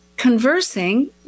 Conversing